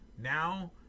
now